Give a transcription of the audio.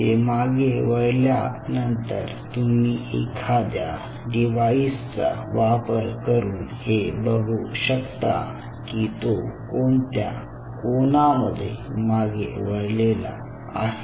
ते मागे वळल्यानंतर तुम्ही एखाद्या डिवाइसचा वापर करून हे बघू शकता कि तो कोणत्या कोणामध्ये मागे वळलेला आहे